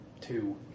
two